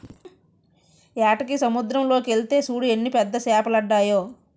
ఏటకి సముద్దరం లోకెల్తే సూడు ఎన్ని పెద్ద సేపలడ్డాయో